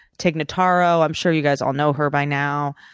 tig notaro, i'm sure you guys all know her by now.